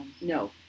No